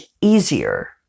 easier